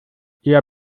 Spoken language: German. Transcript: eher